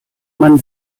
man